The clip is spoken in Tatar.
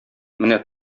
менә